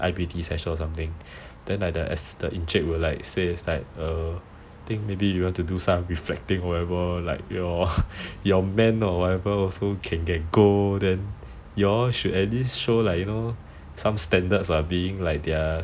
for like one I_P_P_T session or something then like the encik will say like I think maybe you want to do some reflecting or whatever your man or whatever also can get gold then you all should at least show some standard being their